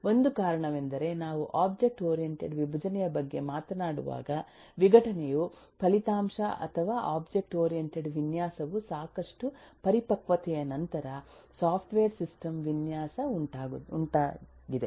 ಒಂದು ಕಾರಣವೆಂದರೆ ನಾವು ಒಬ್ಜೆಕ್ಟ್ ಓರಿಯಂಟೆಡ್ ವಿಭಜನೆಯ ಬಗ್ಗೆ ಮಾತನಾಡುವಾಗ ವಿಘಟನೆಯು ಫಲಿತಾಂಶ ಅಥವಾ ಒಬ್ಜೆಕ್ಟ್ ಓರಿಯಂಟೆಡ್ ವಿನ್ಯಾಸವು ಸಾಕಷ್ಟು ಪರಿಪಕ್ವತೆಯ ನಂತರ ಸಾಫ್ಟ್ವೇರ್ ಸಿಸ್ಟಮ್ ವಿನ್ಯಾಸ ಉಂಟಾಗಿದೆ